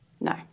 No